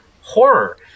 horror